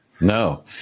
No